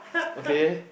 okay